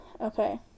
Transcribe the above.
Okay